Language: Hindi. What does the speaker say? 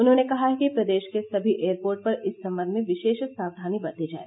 उन्होंने कहा है कि प्रदेश के सभी एयरपोर्ट पर इस सम्बन्ध में विशेष सावधानी बरती जाय